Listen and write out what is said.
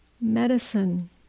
medicine